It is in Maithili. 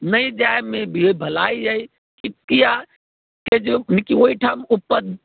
नहि जाएमे ही भलाइ अछि किआकि जे ओहिठाम उपद्रव